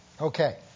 Okay